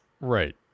Right